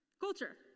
Culture